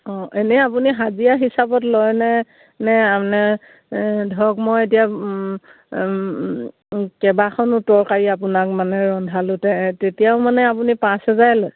অঁ এনেই আপুনি হাজিৰা হিচাপত লয়নে নে আান ধৰক মই এতিয়া কেইবাখনো তৰকাৰী আপোনাক মানে ৰন্ধালোঁতে তেতিয়াও মানে আপুনি পাঁচ হেজাৰে লয়